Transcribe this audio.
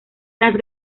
las